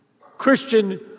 Christian